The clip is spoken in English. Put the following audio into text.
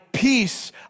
Peace